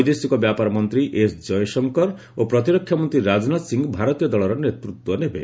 ବୈଦେଶିକ ବ୍ୟାପାର ମନ୍ତ୍ରୀ ଏସ୍ଜୟଶଙ୍କର ଓ ପ୍ରତିରକ୍ଷାମନ୍ତ୍ରୀ ରାଜନାଥ ସିଂହ ଭାରତୀୟ ଦଳର ନେତୃତ୍ୱ ନେବେ